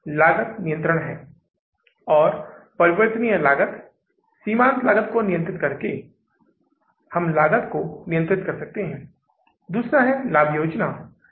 तो अगले पन्ने पर हम जून के महीने को जारी रखेंगे और फिर हम वापस आकर मासिक बजट जुलाई के महीने के लिए तैयार करेंगे जोकि जुलाई के अंत तक जाएगा